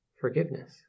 forgiveness